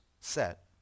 set